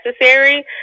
necessary